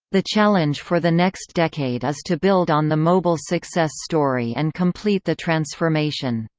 the challenge for the next decade is to build on the mobile success story and complete the transformation.